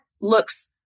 looks